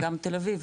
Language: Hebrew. גם תל אביב.